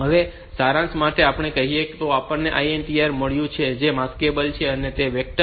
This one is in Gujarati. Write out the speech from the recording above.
હવે સારાંશ માટે આપણે કહીએ તો આપણને આ INTR મળ્યું છે જે માસ્કેબલ છે અને તે વેક્ટર નથી 5